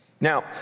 Now